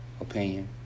opinion